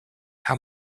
how